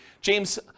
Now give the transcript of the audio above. James